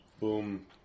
Boom